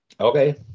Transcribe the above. Okay